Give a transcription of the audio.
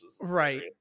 right